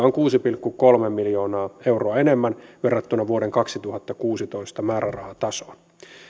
on kuusi pilkku kolme miljoonaa euroa enemmän verrattuna vuoden kaksituhattakuusitoista määrärahatasoon